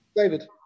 David